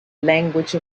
language